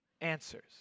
answers